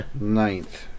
ninth